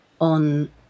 on